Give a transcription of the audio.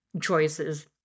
choices